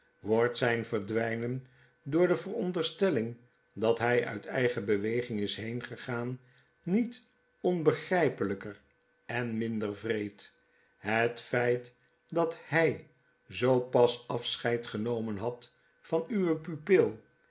wordt zjjn verdwgnen door de vooronderstelling dat hy uit eigen beweging is heengegaan niet onbegrypelper en minder wreed het feit dat hfl zoo pas afscheid genomen had van uwe pupil